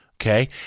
Okay